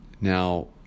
Now